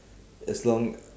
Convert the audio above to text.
as long